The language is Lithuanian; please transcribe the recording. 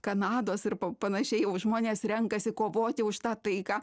kanados ir panašiai jau žmonės renkasi kovoti už tą taiką